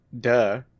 Duh